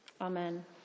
Amen